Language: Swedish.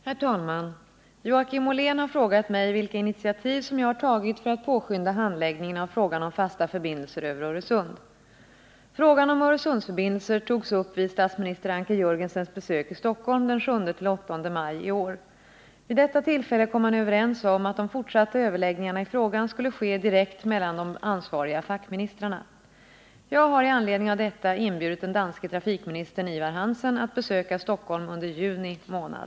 Herr talman! Joakim Ollén har frågat mig vilka initiativ som jag har tagit för att påskynda handläggningen av frågan om fasta förbindelser över Öresund. Frågan om Öresundsförbindelser togs upp vid statsminister Anker Jörgensens besök i Stockholm den 7-8 maj i år. Vid detta tillfälle kom man överens om att de fortsatta överläggningarna i frågan skulle ske direkt mellan de ansvariga fackministrarna. Jag har i anledning av detta inbjudit den danske trafikministern Ivar Hansen att besöka Stockholm under juni månad.